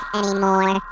anymore